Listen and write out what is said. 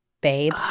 Babe